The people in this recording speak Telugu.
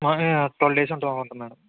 ట్వెల్వ్ డేస్ ఉంటాం మేడం